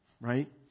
Right